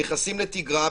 נכנסים לתגרה.